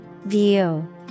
View